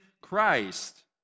Christ